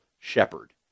shepherd